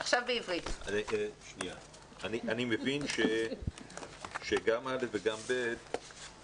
אני מבין שגם כיתה א' וגם כיתה ב',